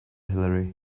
hillary